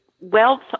wealth